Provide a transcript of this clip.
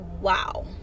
wow